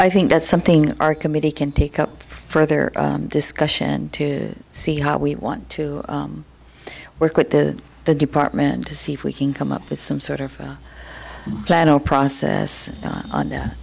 i think that's something our committee can take up further discussion to see how we want to work with the the department to see if we can come up with some sort of plan or process on that